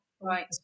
right